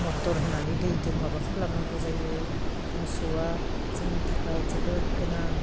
मटर होनानै दैजों माबा खालामनांगौ जायो मोसौआ जोंनि थाखाय जोबोद गोनां